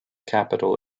capital